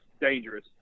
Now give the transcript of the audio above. dangerous